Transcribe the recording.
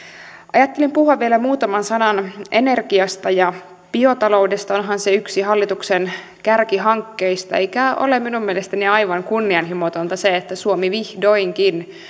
ajattelin puhua vielä muutaman sanan energiasta ja biotaloudesta onhan se yksi hallituksen kärkihankkeista ei ole minun mielestäni aivan kunnianhimotonta että suomi vihdoinkin